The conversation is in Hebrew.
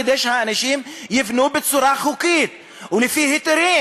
כדי שהאנשים יבנו בצורה חוקית ולפי היתרים.